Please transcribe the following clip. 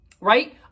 Right